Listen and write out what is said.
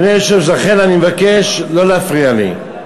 אדוני היושב-ראש, לכן אני מבקש לא להפריע לי.